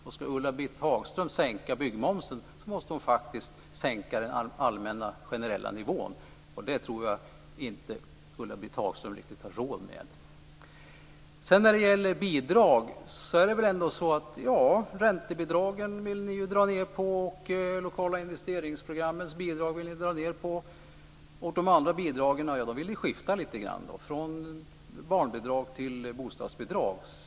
Om Ulla-Britt Hagström ska sänka byggmomsen så måste hon faktiskt sänka den allmänna, generella nivån. Det tror jag inte att Ulla-Britt Hagström riktigt har råd med. Ni vill ju dra ned på räntebidragen och bidragen till de lokala investeringsprogrammen. De andra bidragen vill ni skifta lite grann - från barnbidrag till bostadsbidrag.